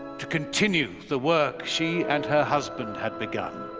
to continue the work she and her husband had begun.